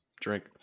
Drink